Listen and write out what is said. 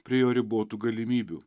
prie jo ribotų galimybių